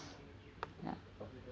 ya